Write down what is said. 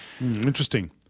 Interesting